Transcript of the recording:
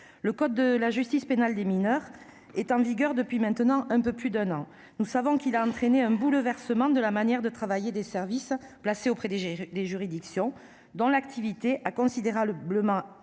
Le code de la justice pénale des mineurs (CJPM) est en vigueur depuis maintenant un peu plus d'un an. Nous savons qu'il a entraîné un bouleversement de la manière de travailler des services placés auprès des juridictions, dont l'activité a considérablement